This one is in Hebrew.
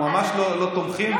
אנחנו ממש לא תומכים,